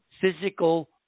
physical